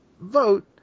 vote